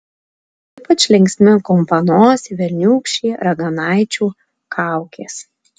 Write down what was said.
ypač linksmi kumpanosiai velniūkščiai raganaičių kaukės